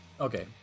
Okay